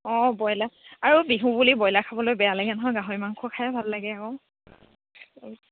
অঁ ব্ৰইলাৰ আৰু বিহু বুলি ব্ৰইলাৰ খাবলৈ বেয়া লাগে নহয় গাহৰি মাংস খাইয়ে ভাল লাগে আকৌ